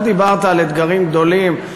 אתה דיברת על אתגרים גדולים,